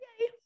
Yay